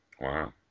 Wow